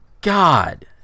God